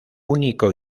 único